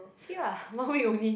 skip ah one week only